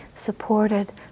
supported